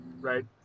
right